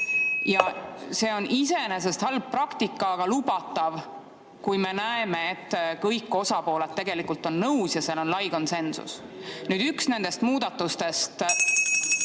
Ja see on iseenesest halb praktika, aga lubatav, kui me näeme, et kõik osapooled on nõus ja sellel on lai konsensus. Üks nendest muudatustest